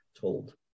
told